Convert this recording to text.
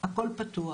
הכול פותח.